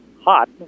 hot